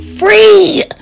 free